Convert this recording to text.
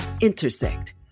intersect